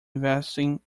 investing